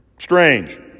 Strange